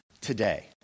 today